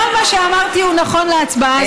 כל מה שאמרתי הוא נכון להצבעה הזאת.